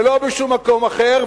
ולא בשום מקום אחר,